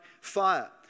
fire